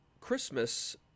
Christmas